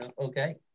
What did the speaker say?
Okay